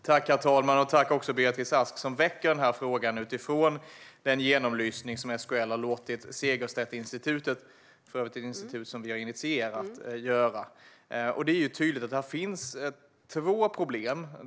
Herr talman! Tack, Beatrice Ask, för att du väcker denna fråga utifrån den genomlysning som SKL har låtit Segerstedtinstitutet göra - för övrigt ett institut som vi har initierat. Det är tydligt att det finns två problem.